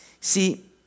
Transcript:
See